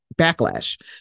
backlash